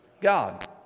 God